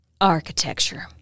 Architecture